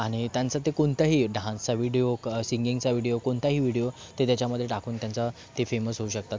आणि त्यांचं ते कोणताही डान्सचा व्हिडिओ सिंगिंगचा व्हिडीओ कोणताही व्हिडिओ ते त्याच्यामध्ये टाकून त्यांचा ते फेमस होऊ शकतात